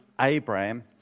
Abraham